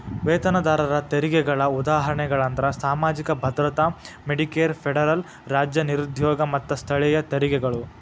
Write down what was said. ವೇತನದಾರರ ತೆರಿಗೆಗಳ ಉದಾಹರಣೆಗಳಂದ್ರ ಸಾಮಾಜಿಕ ಭದ್ರತಾ ಮೆಡಿಕೇರ್ ಫೆಡರಲ್ ರಾಜ್ಯ ನಿರುದ್ಯೋಗ ಮತ್ತ ಸ್ಥಳೇಯ ತೆರಿಗೆಗಳು